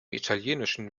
italienischen